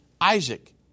Isaac